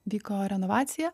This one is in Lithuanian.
vyko renovacija